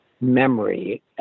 memory